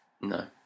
No